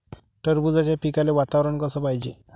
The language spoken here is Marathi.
टरबूजाच्या पिकाले वातावरन कस पायजे?